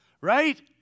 Right